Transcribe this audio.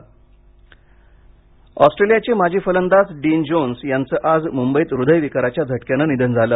निधन ऑस्ट्रेलियाचे माजी फलंदाज डीन जोन्स यांच आज मुंबईत हृदयविकाराच्या झटक्यानं निधन झालं